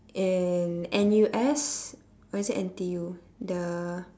in N_U_S or is it N_T_U the